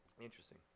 Interesting